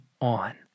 on